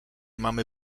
mamy